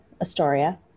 Astoria